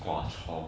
pua chor